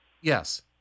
Yes